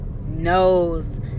knows